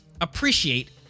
appreciate